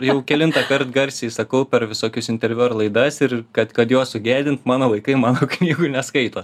jau kelintąkart garsiai sakau per visokius interviu ar laidas ir kad kad juos sugėdint mano vaikai mano knygų neskaito